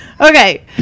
Okay